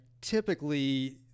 typically